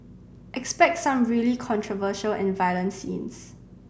expect some really controversial and violent scenes